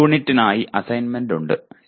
ഈ യൂണിറ്റിനായി അസൈൻമെന്റ് ഉണ്ട്